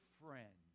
friend